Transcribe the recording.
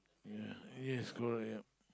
ya yes correct